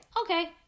okay